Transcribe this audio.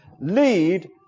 lead